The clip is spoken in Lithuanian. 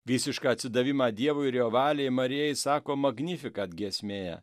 visišką atsidavimą dievui ir jo valiai marijai sako magnificat giesmėje